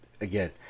again